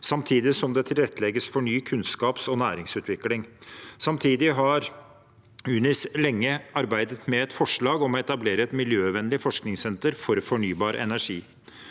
samtidig som det tilrettelegges for ny kunnskaps- og næringsutvikling. UNIS har også lenge arbeidet med et forslag om å etablere et miljøvennlig forskningssenter for fornybar energi